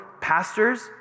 pastors